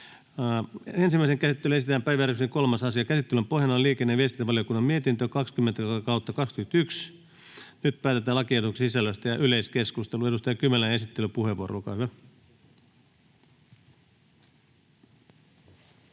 Ensimmäiseen käsittelyyn esitellään päiväjärjestyksen 3. asia. Käsittelyn pohjana on liikenne- ja viestintävaliokunnan mietintö LiVM 20/2021 vp. Nyt päätetään lakiehdotusten sisällöstä. — Edustaja Kymäläinen, esittelypuheenvuoro, olkaa